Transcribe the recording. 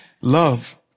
Love